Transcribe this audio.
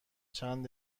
چند